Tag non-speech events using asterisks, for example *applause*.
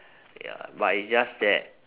*breath* ya but it's just that